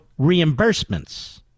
reimbursements